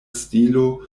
stilo